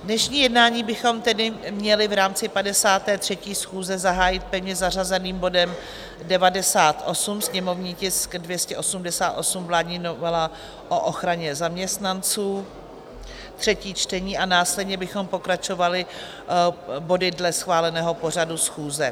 Dnešní jednání bychom tedy měli v rámci 53. schůze zahájit pevně zařazeným bodem 98, sněmovní tisk 288, vládní novela zákona o ochraně zaměstnanců, třetí čtení, a následně bychom pokračovali body dle schváleného pořadu schůze.